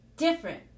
different